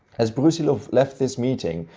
as brusilov left this meeting,